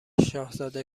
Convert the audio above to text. شاهزاده